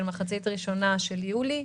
של המחצית הראשונה של חודש יולי,